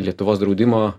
lietuvos draudimo